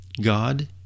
God